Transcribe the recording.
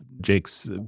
Jake's